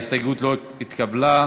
ההסתייגות לא התקבלה.